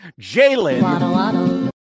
Jalen